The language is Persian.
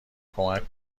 کمک